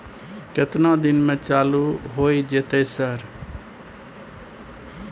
केतना दिन में चालू होय जेतै सर?